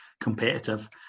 competitive